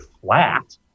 flat